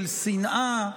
של שנאה,